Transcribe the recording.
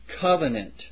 covenant